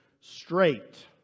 straight